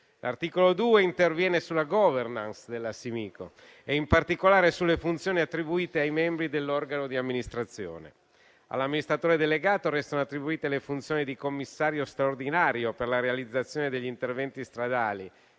L'articolo 2 interviene sulla *governance* della Simico e, in particolare, sulle funzioni attribuite ai membri dell'organo di amministrazione. All'amministratore delegato restano attribuite le funzioni di commissario straordinario per la realizzazione degli interventi stradali